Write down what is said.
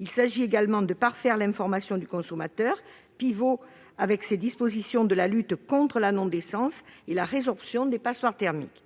Il s'agit également de parfaire l'information du consommateur, qui est le pivot, avec ces dispositions, de la lutte contre la non-décence et de la résorption des passoires thermiques.